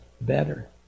better